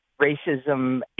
Racism